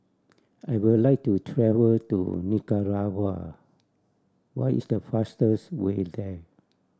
I would like to travel to Nicaragua what is the fastest way there